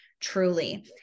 truly